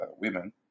women